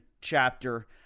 chapter